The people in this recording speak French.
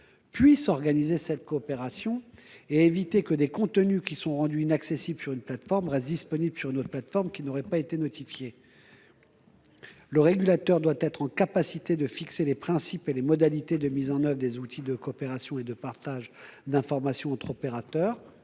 puisse organiser cette coopération et éviter que des contenus rendus inaccessibles sur une plateforme ne restent disponibles sur une autre plateforme, à qui ces contenus n'auraient pas été notifiés. Le régulateur doit être en mesure de fixer les principes et les modalités de mise en oeuvre des outils de coopération et de partage d'informations entre opérateurs.